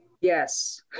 Yes